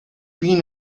been